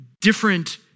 different